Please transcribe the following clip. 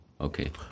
Okay